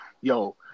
yo